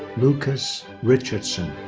lucas richardson.